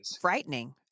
frightening